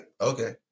okay